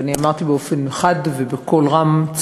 ואני אמרתי באופן חד ובקול רם,